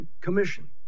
commission